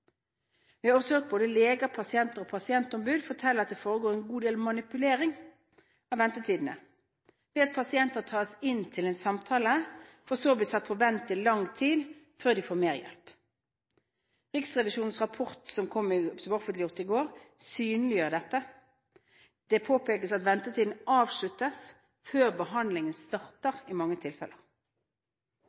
Vi har også hørt leger, pasienter og pasientombud fortelle at det foregår en god del manipulering av ventetidene ved at pasienter tas inn til en samtale for så å bli satt på vent i lang tid før de får mer hjelp. Riksrevisjonens rapport som ble offentliggjort i går, synliggjør dette. Det påpekes at ventetiden avsluttes før behandlingen starter i mange tilfeller.